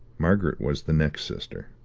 margaret was the next sister.